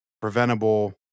preventable